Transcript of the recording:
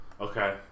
Okay